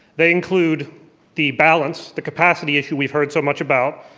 they include the balance, the capacity issue we've heard so much about,